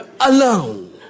alone